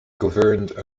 governed